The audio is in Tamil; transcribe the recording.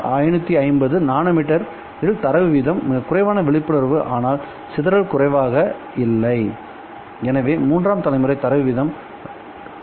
1550 நானோமீட்டர் இல் தரவு வீதம் மிகக் குறைவான விழிப்புணர்வு ஆனால் சிதறல் குறைவாக இல்லை எனவே மூன்றாம் தலைமுறை தரவு வீதம் 2